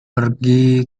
pergi